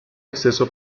acceso